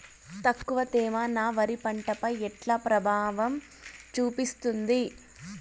తక్కువ తేమ నా వరి పంట పై ఎట్లా ప్రభావం చూపిస్తుంది?